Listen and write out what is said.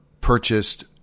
purchased